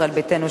ישראל ביתנו,